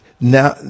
now